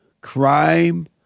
crime